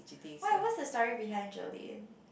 why what's the story behind Jolene